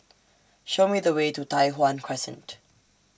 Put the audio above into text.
Show Me The Way to Tai Hwan Crescent